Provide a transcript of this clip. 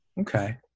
Okay